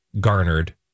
garnered